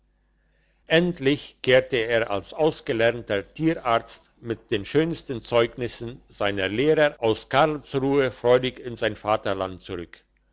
endlich kehrte er als ein ausgelernter tierarzt mit den schönsten zeugnissen seiner lehrer aus karlsruhe freudig in sein vaterland zurück